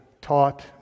taught